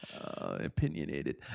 Opinionated